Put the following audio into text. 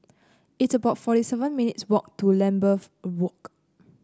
it's about forty seven minutes' walk to Lambeth Walk